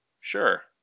sure